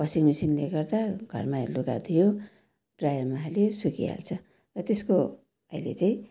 washing मिसिङले गर्दा घरमै लुगा धुयो ड्रायरमा हाल्यो सुकिहाल्छ र त्यसको अहिले चाहिँ